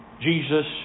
Jesus